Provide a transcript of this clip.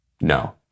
No